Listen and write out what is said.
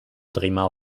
driemaal